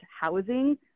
housing